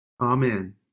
Amen